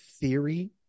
theory